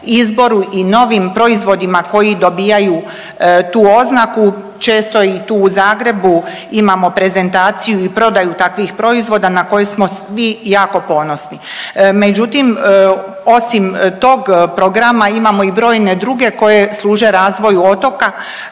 izboru i novim proizvodima koji dobijaju tu oznaku, često i tu u Zagrebu imamo prezentaciju i prodaju takvih proizvoda na koje smo svi jako ponosni. Međutim, osim tog programa imamo i brojne druge koje služe razvoju otoka,